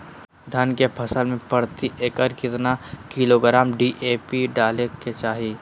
धान के फसल में प्रति एकड़ कितना किलोग्राम डी.ए.पी डाले के चाहिए?